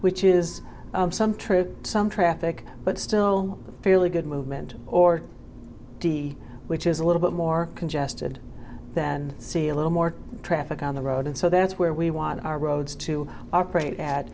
which is some true some traffic but still fairly good movement or d which is a little bit more congested than see a little more traffic on the road and so that's where we want our roads to operate at